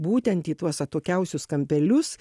būtent į tuos atokiausius kampelius